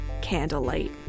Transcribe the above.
Candlelight